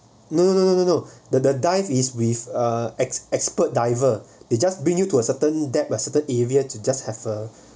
no no no the the dive is with a ex~ expert diver they just bring you to a certain depth the certain area easier to just have a